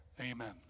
Amen